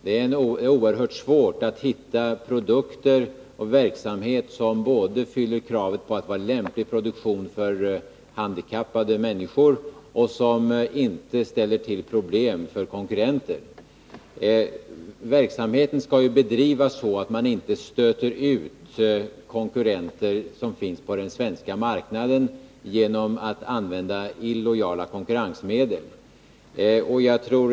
Det är oerhört svårt att hitta produkter och verksamheter som både fyller kravet på att vara lämplig produktion för handikappade människor och som inte ställer till problem för konkurrenter. Verksamheten skall ju bedrivas så att man inte stöter ut konkurrenter på den svenska marknaden genom att använda illojala konkurrensmedel.